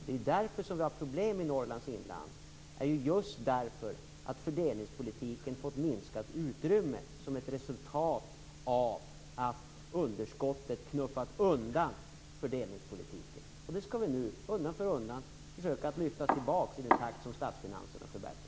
Det är just därför vi har problem i Norrlands inland: därför att fördelningspolitiken har fått minskat utrymme som ett resultat av att underskottet knuffat undan fördelningspolitiken. Den skall vi nu, undan för undan, försöka lyfta tillbaka i den takt som statsfinanserna förbättras.